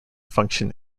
function